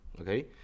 Okay